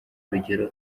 rugero